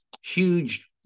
Huge